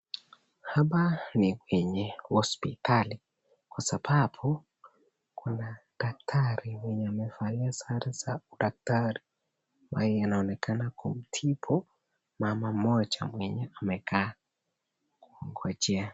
Hapa ni penye hosipitali, kwa sababu kuna dakitari mweye amevalia sare za udakitari mwenye anaonekana kumtibu mama moja mwenye amekaa kungojea.